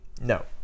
No